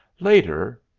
later,